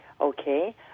Okay